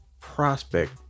prospect